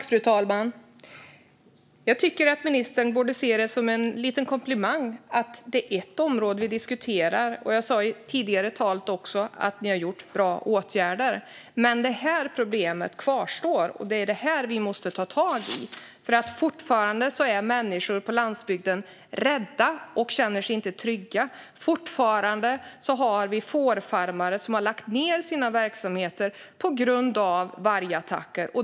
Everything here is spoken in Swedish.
Fru talman! Jag tycker att ministern borde se det som en liten komplimang att det är ett område som vi diskuterar. Jag sa tidigare också att ni har gjort bra åtgärder, men det här problemet kvarstår och det är det vi måste ta tag i. Människor på landsbygden är fortfarande rädda och känner sig inte trygga. Fårfarmare lägger fortfarande ned sina verksamheter på grund av vargattacker.